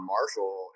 Marshall